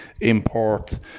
import